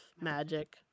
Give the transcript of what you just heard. magic